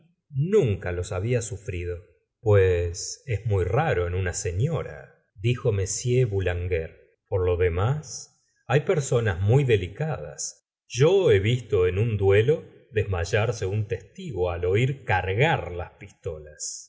nunca los había sufrido pues es muy raro en una señora dijo m boulanger por lo demás hay personas muy delicadas yo he visto en un duelo desmayarse un testigo al oir cargar las pistolas